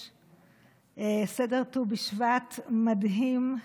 חומש סדר ט"ו בשבט מדהים,